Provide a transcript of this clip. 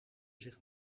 zich